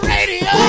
Radio